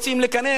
להיכנס.